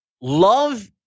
Love